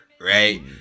right